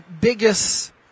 biggest